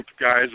guys